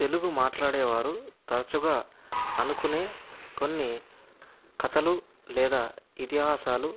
తెలుగు మాట్లాడేవారు తరచుగా అనుకునే కొన్ని కథలు లేదా ఇతిహాసాలు